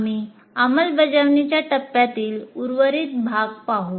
आम्ही अंमलबजावणीच्या टप्प्यातील उर्वरित भाग पाहू